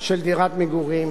של דירת מגורים